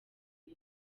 rwe